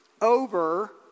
over